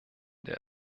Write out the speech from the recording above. der